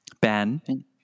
Ben